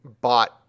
bought